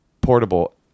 portable